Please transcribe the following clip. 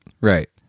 Right